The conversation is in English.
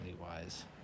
wise